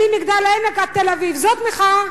ממגדל-העמק עד תל-אביב, זאת מחאה.